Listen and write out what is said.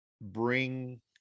bring